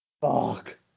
Fuck